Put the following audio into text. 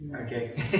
Okay